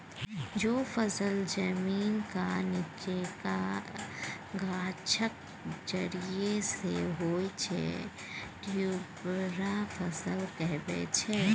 जे फसल जमीनक नीच्चाँ गाछक जरि सँ होइ छै ट्युबर फसल कहाबै छै